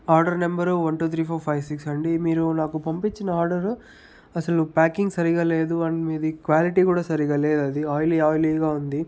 order number one two three four five six అండి మీరు నాకు పంపించిన ఆర్డరు అసలు ప్యాకింగ్ సరిగా లేదు అండ్ మీది క్వాలిటీ కూడా సరిగా లేదది ఆయిలీ ఆయిలీగా ఉంది